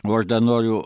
o aš dar noriu